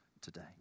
today